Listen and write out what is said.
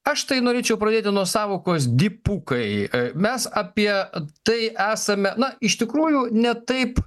aš tai norėčiau pradėti nuo sąvokos dipukai mes apie tai esame na iš tikrųjų ne taip